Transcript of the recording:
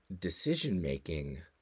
decision-making